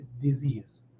disease